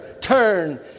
turn